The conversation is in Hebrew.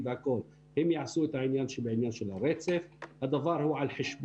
נכון, זה הזמן לציין את זה.